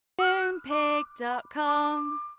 Moonpig.com